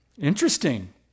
Interesting